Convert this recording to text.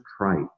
trite